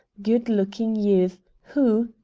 good-looking youth who,